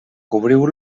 cobriu